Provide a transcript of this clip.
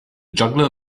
juggler